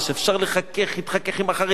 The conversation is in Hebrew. אפשר להתחכך עם החרדים,